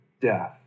death